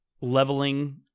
leveling